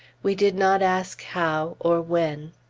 we did not ask how, or when.